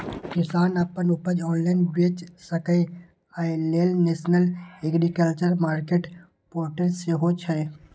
किसान अपन उपज ऑनलाइन बेच सकै, अय लेल नेशनल एग्रीकल्चर मार्केट पोर्टल सेहो छै